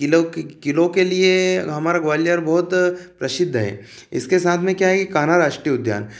किले किलों के लिए हमारा ग्वालियर बहुत प्रसिद्धं है इसके साथ में क्या है कान्हा राष्ट्रीय उद्यान